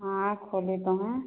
हाँ खोले तो हैं